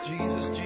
Jesus